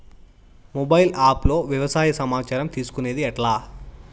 Mobile app లో వ్యవసాయ సమాచారం తీసుకొనేది ఎట్లా?